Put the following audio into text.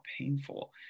painful